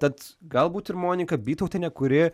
tad galbūt ir monika bytautienė kuri